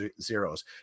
zeros